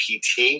PT